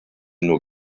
nur